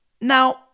Now